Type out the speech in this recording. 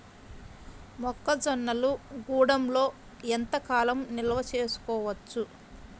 మొక్క జొన్నలు గూడంలో ఎంత కాలం నిల్వ చేసుకోవచ్చు?